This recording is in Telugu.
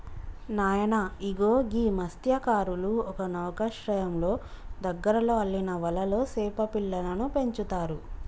నాయన ఇగో గీ మస్త్యకారులు ఒక నౌకశ్రయంలో దగ్గరలో అల్లిన వలలో సేప పిల్లలను పెంచుతారు